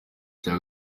cya